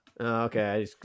okay